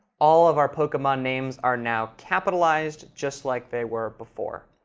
all of our pokemon names are now capitalized, just like they were before.